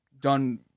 Done